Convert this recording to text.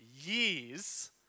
years